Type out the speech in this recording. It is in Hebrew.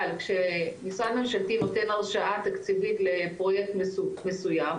אבל כשמשרד ממשלתי נותן הרשאה תקציבית לפרויקט מסוים,